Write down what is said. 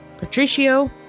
Patricio